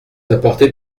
apporter